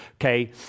okay